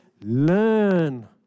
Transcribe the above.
Learn